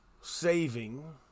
saving